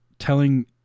telling